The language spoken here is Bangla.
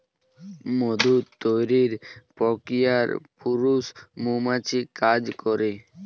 মধু তৈরির প্রক্রিয়ায় পুরুষ মৌমাছি কাজ করে